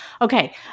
Okay